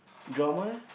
drama eh